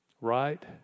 right